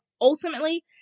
ultimately